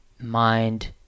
mind